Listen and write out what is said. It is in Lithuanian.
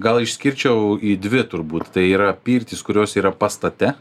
gal išskirčiau į dvi turbūt tai yra pirtys kurios yra pastate